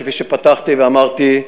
כפי שפתחתי ואמרתי,